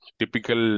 typical